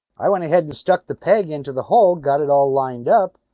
i went ahead and stuck the peg into the hole, got it all lined up.